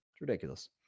ridiculous